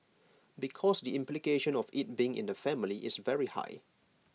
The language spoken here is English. because the implication of IT being in the family is very high